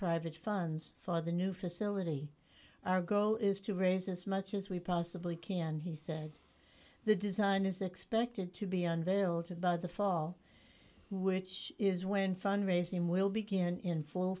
private funds for the new facility our goal is to raise as much as we possibly can he said the design is expected to be unveiled by the fall which is when fundraising will begin in full